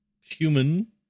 human